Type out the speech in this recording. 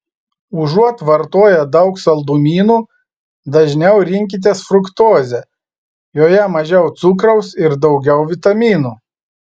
užuot vartoję daug saldumynų dažniau rinkitės fruktozę joje mažiau cukraus ir daugiau vitaminų